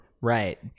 Right